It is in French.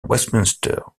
westminster